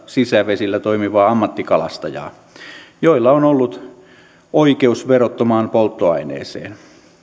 sisävesillä toimivaa ammattikalastajaa joilla on ollut oikeus verottomaan polttoaineeseen